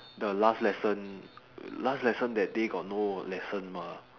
the last lesson last lesson that day got no lesson mah